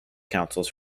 councils